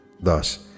Thus